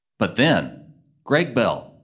but then greg bell.